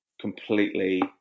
completely